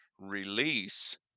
release